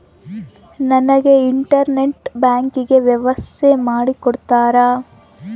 ನನಗೆ internet banking ವ್ಯವಸ್ಥೆ ಮಾಡಿ ಕೊಡ್ತೇರಾ?